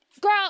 girl